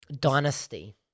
Dynasty